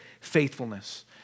faithfulness